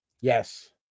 Yes